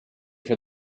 for